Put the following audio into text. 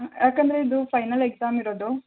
ಯಾಕಂದರೆ ಇದು final exam ಇರೋದು